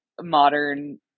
modern